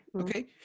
Okay